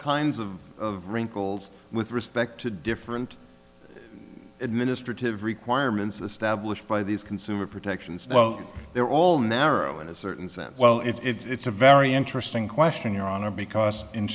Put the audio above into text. kinds of wrinkles with respect to different administrative requirements established by these consumer protections they're all narrow in a certain sense well it's a very interesting question your honor because in